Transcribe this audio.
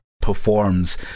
performs